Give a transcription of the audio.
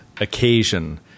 occasion